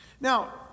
now